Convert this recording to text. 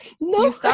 no